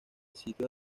sitio